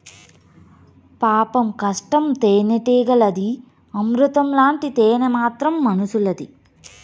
పాపం కష్టం తేనెటీగలది, అమృతం లాంటి తేనె మాత్రం మనుసులది